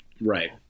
Right